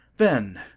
then,